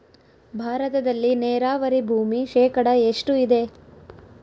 ಭಾರತದಲ್ಲಿ ನೇರಾವರಿ ಭೂಮಿ ಶೇಕಡ ಎಷ್ಟು ಇದೆ?